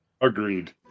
Agreed